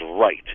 right